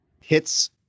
Hits